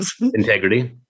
Integrity